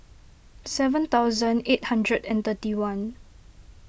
seven thousand eight hundred and thirty one